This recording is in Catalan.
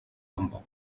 tampoc